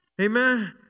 Amen